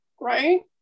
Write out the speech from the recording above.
right